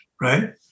right